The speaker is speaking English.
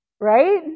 right